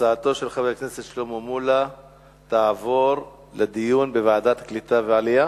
הצעתו של חבר הכנסת שלמה מולה תעבור לוועדת העלייה,